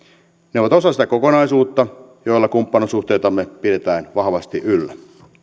ne ovat osa sitä kokonaisuutta jolla kumppanuussuhteitamme pidetään vahvasti yllä